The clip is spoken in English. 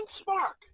spark